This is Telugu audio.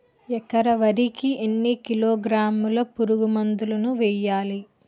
ఎకర వరి కి ఎన్ని కిలోగ్రాముల పురుగు మందులను వేయాలి?